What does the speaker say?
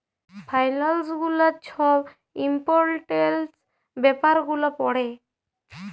ফাইলালস গুলা ছব ইম্পর্টেলট ব্যাপার গুলা পড়ে